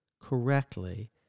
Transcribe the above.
correctly